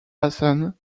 hassan